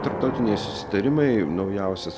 tarptautiniai susitarimai naujausias